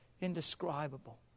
indescribable